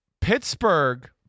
Pittsburgh